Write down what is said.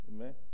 Amen